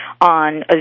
on